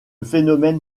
phénomène